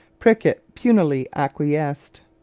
prickett punily acquiesced.